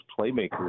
playmakers